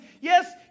yes